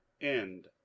End